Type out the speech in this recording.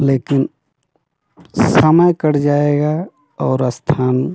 लेकिन समय कट जाएगा और स्थान